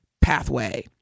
pathway